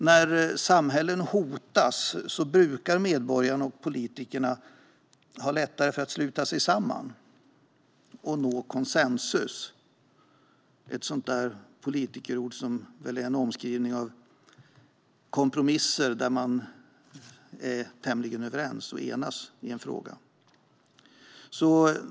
När samhällen hotas brukar medborgarna och politikerna ha lättare för att sluta sig samman och nå konsensus. Det är ett politikerord som är en omskrivning för en kompromiss där man är tämligen överens och eniga i en fråga.